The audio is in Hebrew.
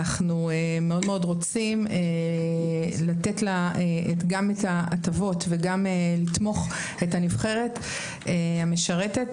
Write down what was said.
אנחנו רוצים מאוד לתת לה גם את ההטבות וגם לתמוך בנבחרת המשרתת